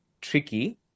tricky